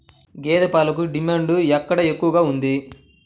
గేదె పాలకు డిమాండ్ ఎక్కడ ఎక్కువగా ఉంది?